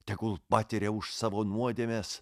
tegul patiria už savo nuodėmes